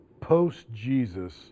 post-Jesus